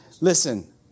Listen